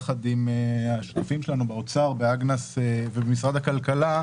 יחד עם השותפים שלנו באוצר ובמשרד הכלכלה,